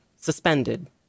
suspended